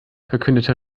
verkündete